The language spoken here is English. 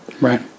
right